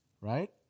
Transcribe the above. Right